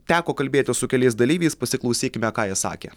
teko kalbėtis su keliais dalyviais pasiklausykime ką jie sakė